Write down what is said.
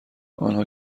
آنها